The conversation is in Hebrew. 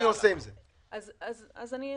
נניח